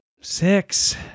Six